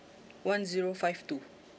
one zero five two